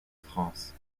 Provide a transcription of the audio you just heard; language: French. france